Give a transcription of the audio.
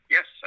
Yes